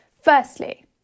Firstly